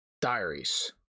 Diaries